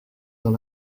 dans